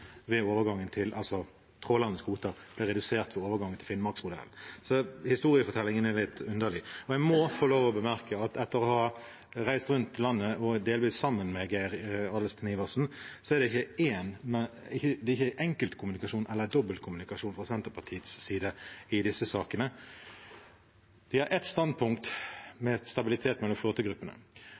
ved overgangen til Finnmarksmodellen, er historiefortellingen litt underlig. Men jeg må få lov til å bemerke, etter at jeg har reist rundt i landet delvis sammen med Geir Adelsten Iversen: Det er ikke enkeltkommunikasjon eller dobbeltkommunikasjon fra Senterpartiets side i disse sakene. De har ett standpunkt til stabilitet mellom flåtegruppene. De har ett standpunkt nå der de mener de vil vurdere å overføre til